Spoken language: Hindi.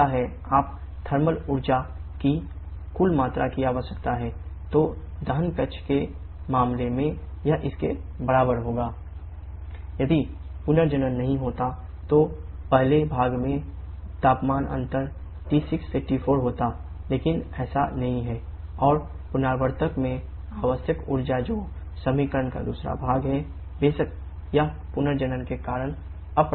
अब थर्मल ऊर्जा की कुल मात्रा की आवश्यकता है तो दहन कक्ष के मामले में यह इसके बराबर होगा 𝑞𝑖𝑛 𝑐𝑝 यदि पुनर्जनन के कारण अप्रभावित है